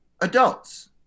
adults